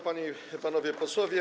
Panie i Panowie Posłowie!